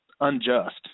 unjust